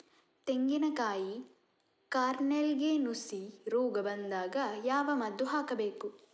ತೆಂಗಿನ ಕಾಯಿ ಕಾರ್ನೆಲ್ಗೆ ನುಸಿ ರೋಗ ಬಂದಾಗ ಯಾವ ಮದ್ದು ಹಾಕಬೇಕು?